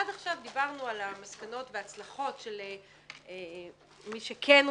עד עכשיו דיברנו על המסקנות וההצלחות של מי שכן עושה,